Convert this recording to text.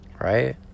right